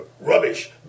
rubbish